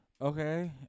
Okay